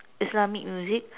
islamic music